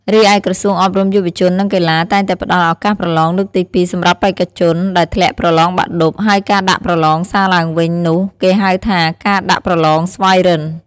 រីឯ ក្រសួងអប់រំ យុវជន និងកីឡា តែងតែផ្តល់ ឱកាសប្រឡងលើកទី២ សម្រាប់បេក្ខជនដែលធ្លាក់ប្រលងបាក់ឌុប ហើយការដាក់ប្រលងសារឡើងវិញនោះគេហៅថា ការដាក់ប្រលងស្វ័យរិន្ទ។